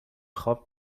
خواب